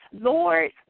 Lord